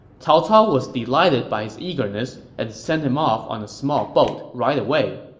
cao cao was delighted by his eagerness and sent him off on a small boat right away.